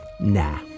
Nah